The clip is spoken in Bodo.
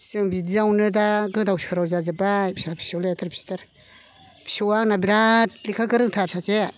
जों बिदियावनो दा गोदाव सोराव जाजोब्बाय फिसा फिसौ लेथेर फिथेर फिसौआ आंना बिराद लेखा गोरोंथार सासे